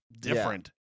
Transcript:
different